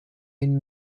ihn